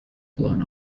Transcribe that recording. blown